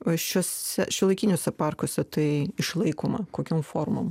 šiuose šiuolaikiniuose parkuose tai išlaikoma kokiom formom